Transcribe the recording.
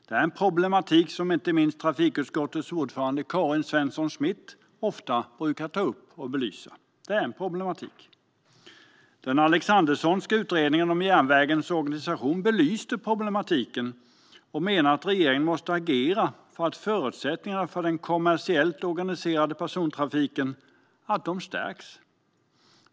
Det är en problematik som inte minst trafikutskottets ordförande Karin Svensson Smith ofta brukar ta upp och belysa. Alexanderssons utredning om järnvägens organisation belyste problematiken och menade att regeringen måste agera för att förutsättningarna för den kommersiellt organiserade persontrafiken stärks.